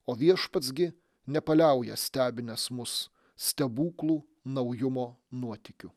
o viešpats gi nepaliauja stebinęs mus stebuklų naujumo nuotykių